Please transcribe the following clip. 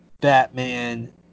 Batman